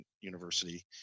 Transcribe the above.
university